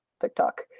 TikTok